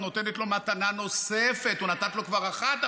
את נותנת לו מתנה נוספת, נתת לו כבר אחת,